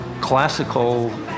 classical